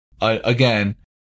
again